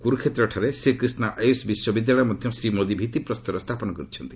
କୁରୁକ୍ଷେତ୍ରଠାରେ ଶ୍ରୀକ୍ରିଷ୍ଣା ଆୟୁଷ୍ ବିଶ୍ୱବିଦ୍ୟାଳୟର ମଧ୍ୟ ଶ୍ରୀ ମୋଦି ଭିତ୍ତିପ୍ରସ୍ତର ସ୍ଥାପନ କରିଛନ୍ତି